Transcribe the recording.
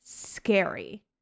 scary